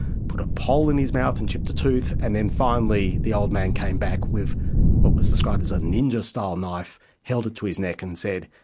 put a pole in his mouth and chipped a tooth, and then finally the old man came back with what was described as a ninja style knife, held it to his neck and said,